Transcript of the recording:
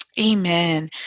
Amen